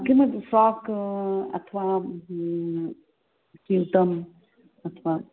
किमपि फ़्राक् अथवा स्यूतः अथवा